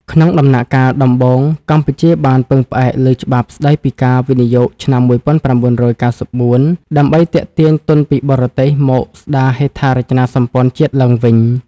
ក្នុងដំណាក់កាលដំបូង កម្ពុជាបានពឹងផ្អែកលើច្បាប់ស្ដីពីការវិនិយោគឆ្នាំ ១៩៩៤ ដើម្បីទាក់ទាញទុនពីបរទេសមកស្ដារហេដ្ឋារចនាសម្ព័ន្ធជាតិឡើងវិញ។